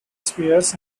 spheres